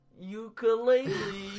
Ukulele